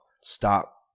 stop